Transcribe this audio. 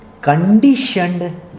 conditioned